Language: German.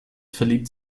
verliebt